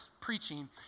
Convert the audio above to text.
preaching